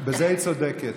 בזה היא צודקת,